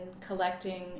collecting